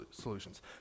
solutions